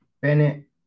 Bennett